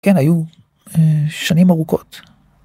כן, היו שנים ארוכות.